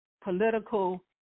political